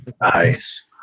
Nice